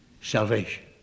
salvation